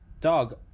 Dog